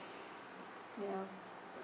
ya